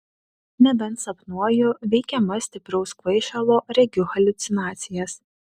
nebent sapnuoju veikiama stipraus kvaišalo regiu haliucinacijas